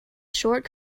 short